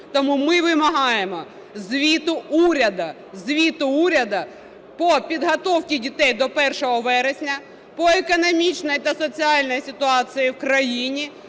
Тому ми вимагаємо звіту уряду. Звіту уряду по підготовці дітей до 1 вересня, по економічній та соціальній ситуації в країні